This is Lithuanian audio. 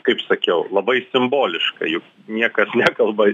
kaip sakiau labai simboliška juk niekas nekalba